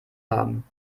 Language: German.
haben